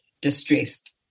distressed